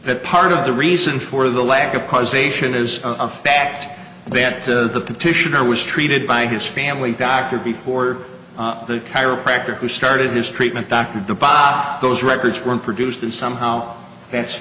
that part of the reason for the lack of causation is a fact that the petitioner was treated by his family doctor before the chiropractor who started his treatment dr baf those records were produced and somehow that's